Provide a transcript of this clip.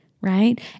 right